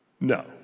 No